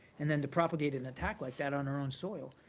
and then to propagate an attack like that on our own soil